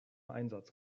einsatz